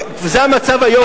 וזה המצב היום,